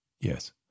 Yes